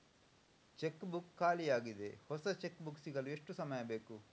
Check book ಖಾಲಿ ಯಾಗಿದೆ, ಹೊಸ ಚೆಕ್ ಬುಕ್ ಸಿಗಲು ಎಷ್ಟು ಸಮಯ ಬೇಕು?